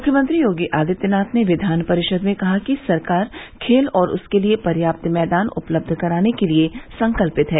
मुख्यमंत्री योगी आदित्यनाथ ने विधान परिषद में कहा कि सरकार खेल और उसके लिये पर्याप्त मैदान उपलब्ध कराने के लिये संकल्पित है